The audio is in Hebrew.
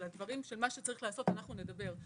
על הדברים שמה שצריך לעשות אנחנו נדבר.